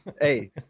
Hey